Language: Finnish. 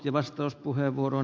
arvoisa puhemies